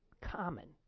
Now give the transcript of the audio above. common